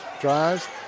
drives